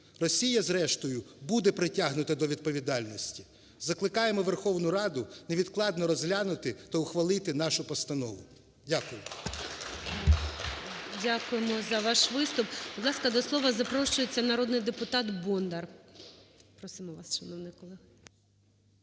Росія зрештою буде притягнута до відповідальності. Закликаємо Верховну Раду невідкладно розглянути та ухвалити нашу постанову. Дякую.